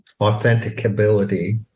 authenticability